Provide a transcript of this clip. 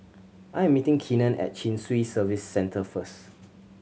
I am meeting Keenen at Chin Swee Service Centre first